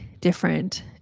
different